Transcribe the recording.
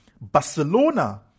Barcelona